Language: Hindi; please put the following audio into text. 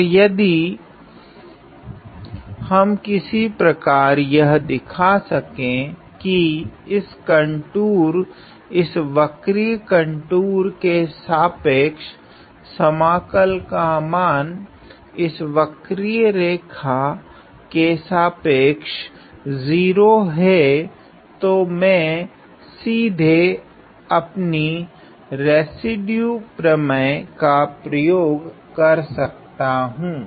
और यदि हम किसी प्रकार यह दिखा सके कि इस कंटूर इस वक्रिय कंटूर के सापेक्ष समाकल का मान इस वक्रिय रेखा के सापेक्ष 0 हैं तो मैं सीधे अपनी रेसिड्यू प्रमेय का प्रयोग कर सकता हूँ